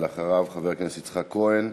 אחריו, חבר הכנסת יצחק כהן,